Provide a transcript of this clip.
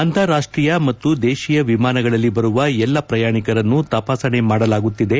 ಅಂತಾರಾಷ್ಟೀಯ ಮತ್ತು ದೇಶಿಯ ವಿಮಾನಗಳಲ್ಲಿ ಬರುವ ಎಲ್ಲಾ ಪ್ರಯಾಣಿಕರನ್ನು ತಪಾಸಣೆ ಮಾಡಲಾಗುತ್ತಿದೆ